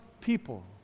people